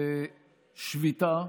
ושביתה